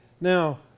Now